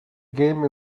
game